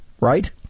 right